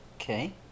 Okay